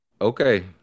Okay